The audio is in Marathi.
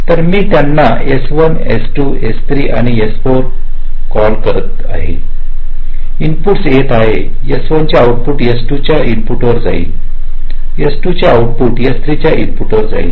तर मी त्यांना S1 S2 S3 आणि S4 कॉल करते तर इनपुटस येत आहे S1 चे ऑऊट्पुट S2 च्या इनपुटिर जाईल S2 चे आउट पुट S3 च्या इनपुटिर जाईल